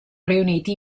riuniti